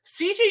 CJ